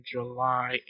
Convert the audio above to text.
July